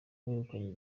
wegukanye